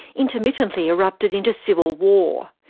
intermittently erupted into civil war.